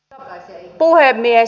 arvoisa puhemies